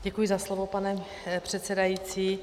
Děkuji za slovo, pane předsedající.